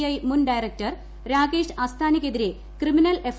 I മുൻ director Rakesh അസ്താനക്കെതിരെ criminal F